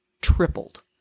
tripled